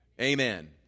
Amen